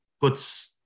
puts